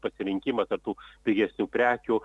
pasirinkimą tarp tų pigesnių prekių